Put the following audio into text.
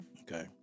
Okay